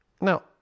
Now